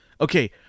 okay